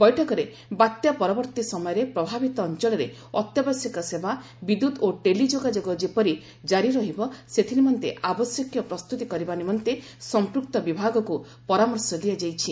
ବୈଠକରେ ବାତ୍ୟା ପରବର୍ତ୍ତୀ ସମୟରେ ପ୍ରଭାବିତ ଅଞ୍ଚଳରେ ଅତ୍ୟାବଶ୍ୟକ ସେବା ବିଦ୍ୟୁତ୍ ଓ ଟେଲି ଯୋଗାଯୋଗ ଯେପରି ବଜାୟ ରହିବ ସେଥିନିମନ୍ତେ ଆବଶ୍ୟକୀୟ ପ୍ରସ୍ତୁତି କରିବା ନିମନ୍ତେ ସଂପ୍ଦକ୍ତ ବିଭାଗକୁ ପରାମର୍ଶ ଦିଆଯାଇଛି